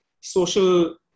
social